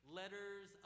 letters